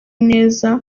neza